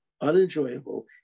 unenjoyable